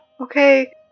okay